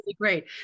great